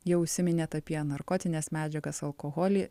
jau užsiminėt apie narkotines medžiagas alkoholį